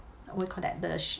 what you call that sh~